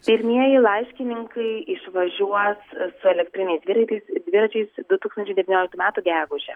pirmieji laiškininkai išvažiuos su elektriniais dviraitais dviračiais du tūkstančiai devynioliktų metų gegužę